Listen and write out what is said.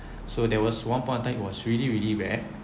so there was one point of time it was really really bad